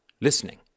listening